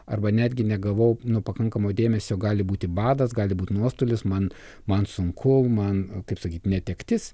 arba netgi negavau pakankamo dėmesio gali būti badas gali būti nuostolis man man sunku man kaip sakyt netektis